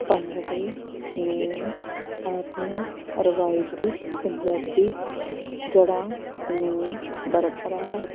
ਭੰਗੜੇ ਨੂੰ ਆਪਣੀਆਂ ਰਵਾਇਤੀ ਪੰਜਾਬੀ ਜੜ੍ਹਾਂ ਨੂੰ ਬਰਕਰਾਰ